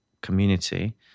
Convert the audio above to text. community